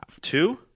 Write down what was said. Two